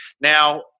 Now